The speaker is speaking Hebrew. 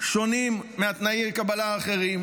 שונים מתנאי הקבלה האחרים,